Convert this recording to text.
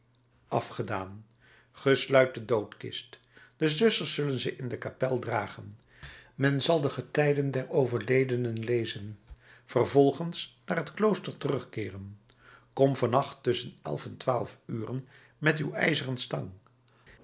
afgedaan ge sluit de doodkist de zusters zullen ze in de kapel dragen men zal de getijden der overledenen lezen vervolgens naar het klooster terugkeeren kom van nacht tusschen elf en twaalf uren met uw ijzeren stang